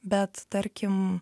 bet tarkim